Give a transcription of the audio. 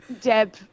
Deb